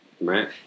Right